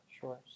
Sure